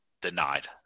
Denied